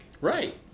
Right